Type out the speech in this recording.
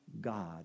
God